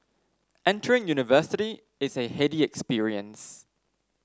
entering university is a heady experience